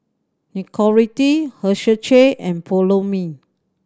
Nicorette Herschel and Follow Me